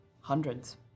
hundreds